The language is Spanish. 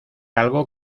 algo